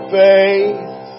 faith